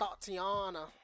Tatiana